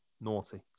naughty